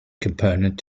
component